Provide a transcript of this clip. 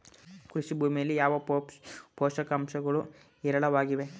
ಕೃಷಿ ಭೂಮಿಯಲ್ಲಿ ಯಾವ ಪೋಷಕಾಂಶಗಳು ಹೇರಳವಾಗಿವೆ?